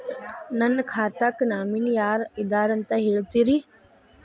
ನನ್ನ ಖಾತಾಕ್ಕ ನಾಮಿನಿ ಯಾರ ಇದಾರಂತ ಹೇಳತಿರಿ?